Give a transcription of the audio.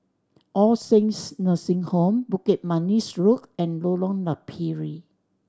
All Saints Nursing Home Bukit Manis Road and Lorong Napiri